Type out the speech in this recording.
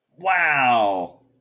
Wow